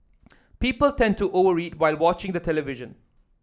people tend to over eat while watching the television